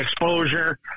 exposure